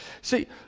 See